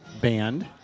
band